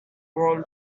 world